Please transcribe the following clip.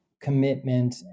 commitment